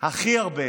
הכי הרבה